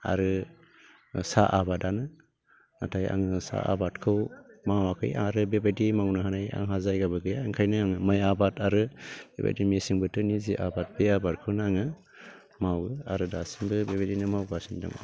आरो साहा आबादानो नाथाय आङो साहा आबादखौ मावाखै आरो बेबायदि मावनो हानाय आंहा जायगाबो गैया ओंखायनो आङो माइ आबाद आरो बेबायदि मेसें बोथोरनि जि आबाद बे आबादखौनो आङो मावो आरो दासिमबो बेबायदि मावगासिनो दङ